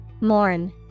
Mourn